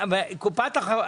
העניין,